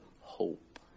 hope